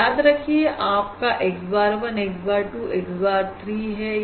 याद रखी रखिए आपकाx bar 1 x bar 2 xbar 3 है